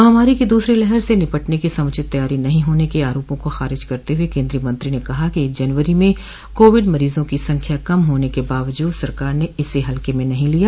महामारी की दूसरी लहर से निपटने की समुचित तैयारी नहीं होने के आरोपों को खारिज करते हुए केन्द्री य मंत्री ने कहाकि जनवरी में काविड मरीजों की संख्या कम हाने के बावजूद सरकार ने इसे हल्के में नहीं लिया